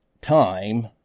time